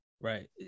Right